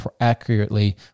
accurately